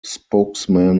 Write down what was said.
spokesman